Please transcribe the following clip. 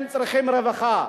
הם צריכים רווחה,